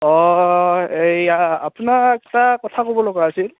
অঁ এইয়া আপোনাক এটা কথা ক'বলগা আছিল